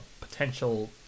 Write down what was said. potential